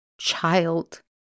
Child